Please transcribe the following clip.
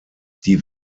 die